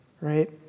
Right